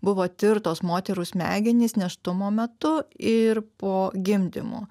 buvo tirtos moterų smegenys nėštumo metu ir po gimdymo